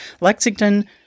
Lexington